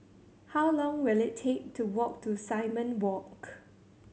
how long will it take to walk to Simon Walk